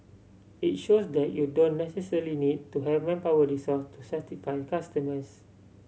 it shows that you don't necessarily need to have manpower resource to satisfy customers